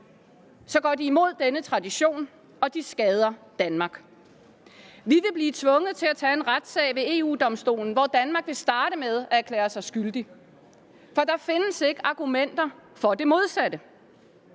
så går de imod denne tradition, og de skader Danmark. Vi vil blive tvunget til at tage en retssag ved EU-Domstolen, hvor Danmark vil starte med at erklære sig skyldig, for der findes ikke argumenter for det modsatte.